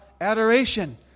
adoration